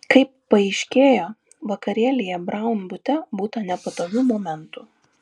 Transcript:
kaip paaiškėjo vakarėlyje braun bute būta nepatogių momentų